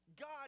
God